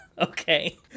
okay